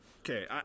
Okay